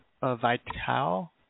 Vital